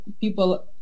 people